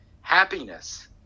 happiness